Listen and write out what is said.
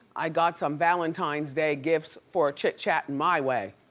i got some valentine's day gifts for chit chatting my way.